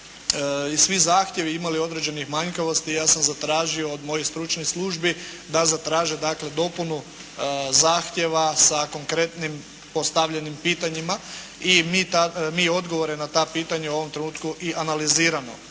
svi zahtjevi imali određenih manjkavosti, ja sam zatražio od mojih stručnih službi da zatraže dakle, dopunu zahtjeva sa konkretnim postavljenim pitanjima. I mi odgovore na ta pitanja u ovom trenutku i analiziramo.